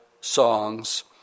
songs